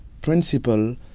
principle